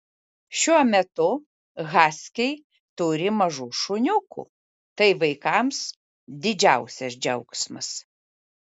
šiuo metu haskiai turi mažų šuniukų tai vaikams didžiausias džiaugsmas